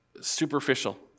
superficial